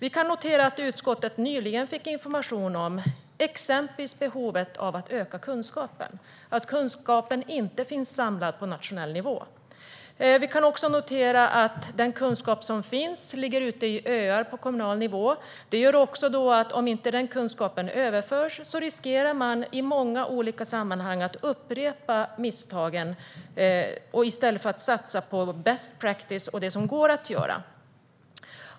Utskottet fick nyligen information om exempelvis behovet av att öka kunskapen och om att kunskapen inte finns samlad på nationell nivå. Vi kan notera att den kunskap som finns ligger ute som öar på kommunal nivå. Om inte kunskapen överförs riskerar man i många olika sammanhang att upprepa misstagen i stället för att satsa på best practice och det som går att göra.